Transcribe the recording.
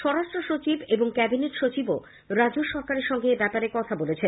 স্বরাষ্ট্র সচিব এবং ক্যাবিনেট সচিবও রাজ্য সরকারের সঙ্গে এব্যাপারে কথা বলেছেন